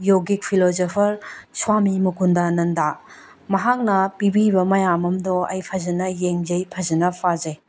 ꯌꯣꯒꯤꯛ philosopher Swami Mukundananda ꯃꯍꯥꯛꯅ ꯄꯤꯕꯤꯕ ꯃꯌꯥꯝ ꯑꯃꯗꯣ ꯑꯩ ꯐꯖꯅ ꯌꯦꯡꯖꯩ ꯐꯖꯅ ꯄꯥꯖꯩ